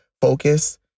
focus